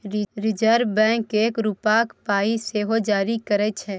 reserve bank एक रुपाक पाइ सेहो जारी करय छै